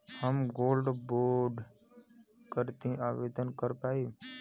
हम gold bond करती आवेदन कर पाईब?